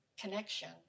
connection